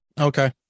Okay